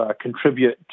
contribute